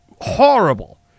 horrible